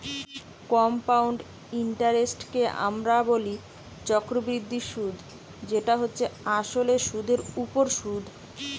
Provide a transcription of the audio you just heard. compound ইন্টারেস্টকে আমরা বলি চক্রবৃদ্ধি সুধ যেটা হচ্ছে আসলে সুধের ওপর সুধ